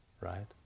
right